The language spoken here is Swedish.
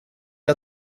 har